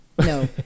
No